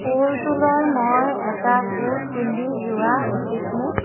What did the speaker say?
পুলটোলৈ মই এটা কোট পিন্ধি যোৱা উচিতনে